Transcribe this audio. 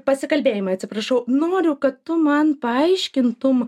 pasikalbėjimai atsiprašau noriu kad tu man paaiškintum